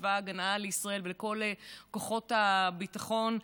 לצבא ההגנה לישראל ולכל כוחות הביטחון,